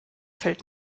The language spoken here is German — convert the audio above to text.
fällt